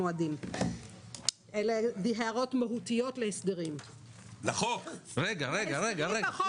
המועדים אלא הן הערות מהותיות להסדרים בחוק עצמו.